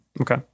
Okay